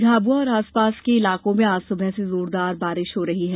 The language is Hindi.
झाबुआ और आसपास के इलाकों में आज सुबह से जोरदार बारिश हो रही है